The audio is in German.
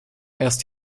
erst